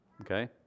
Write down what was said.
Okay